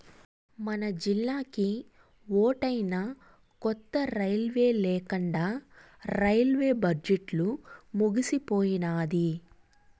మనజిల్లాకి ఓటైనా కొత్త రైలే లేకండా రైల్వే బడ్జెట్లు ముగిసిపోయినాది